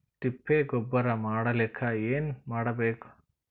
ತಿಪ್ಪೆ ಗೊಬ್ಬರ ಮಾಡಲಿಕ ಏನ್ ಮಾಡಬೇಕು?